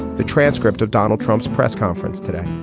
the transcript of donald trump's press conference today.